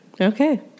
Okay